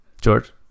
George